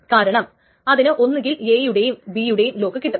കാരണം അതിന് ഒന്നുകിൽ A യുടെയും B യുടെയും ലോക്ക് കിട്ടും